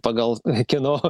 pagal kieno